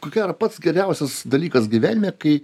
ko gero pats geriausias dalykas gyvenime kai